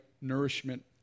nourishment